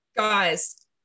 Guys